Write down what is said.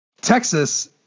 Texas